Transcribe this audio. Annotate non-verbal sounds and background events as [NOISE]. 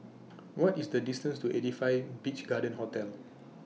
[NOISE] What IS The distance to eighty five Beach Garden Hotel